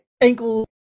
ankle